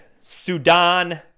sudan